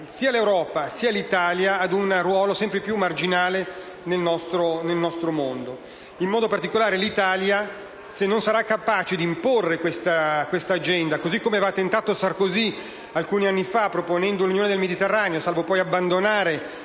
sia l'Europa sia l'Italia ad un ruolo sempre più marginale nel nostro mondo. In particolare, se l'Italia non sarà capace di imporre questa agenda - come aveva tentato di fare Sarkozy alcuni anni fa proponendo l'unione del Mediterraneo, salvo poi abbandonare